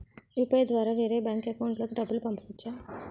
UPI ద్వారా వేరే bank account లోకి డబ్బులు పంపించవచ్చా?